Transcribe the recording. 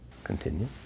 continue